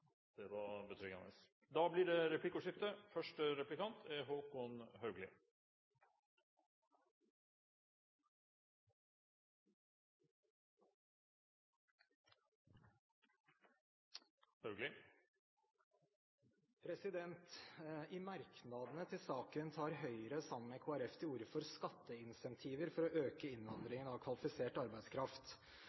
Det var betryggende. Representanten Trond Helleland har da tatt opp de forslagene han refererte til. Det blir replikkordskifte. I merknadene til saken tar Høyre sammen med Kristelig Folkeparti til orde for skatteincentiver for å øke innvandringen av kvalifisert arbeidskraft.